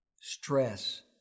stress